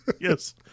yes